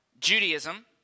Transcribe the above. Judaism